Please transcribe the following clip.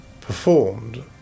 performed